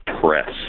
Press